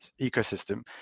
ecosystem